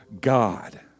God